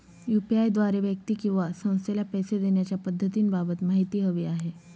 UPI द्वारे व्यक्ती किंवा संस्थेला पैसे देण्याच्या पद्धतींबाबत माहिती हवी आहे